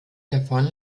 davon